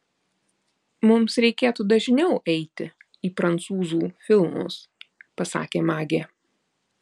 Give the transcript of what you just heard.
mums reikėtų dažniau eiti į prancūzų filmus pasakė magė